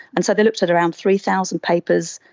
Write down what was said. and so they looked at around three thousand papers,